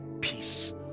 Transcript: peace